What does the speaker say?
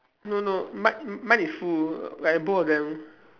no no mi~ mine is full like both of them